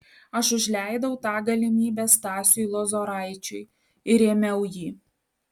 aš užleidau tą galimybę stasiui lozoraičiui ir rėmiau jį